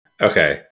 Okay